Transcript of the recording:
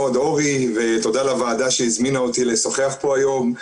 תודה לוועדה שהזמינה אותי לשוחח פה היום.